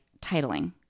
titling